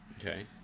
Okay